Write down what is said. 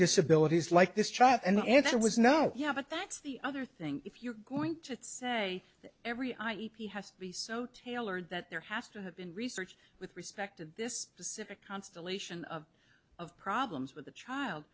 disabilities like this child and that was no yeah but that's the other thing if you're going to say that every eye e p has to be so tailored that there has to have been research with respect to this specific constellation of of problems with the child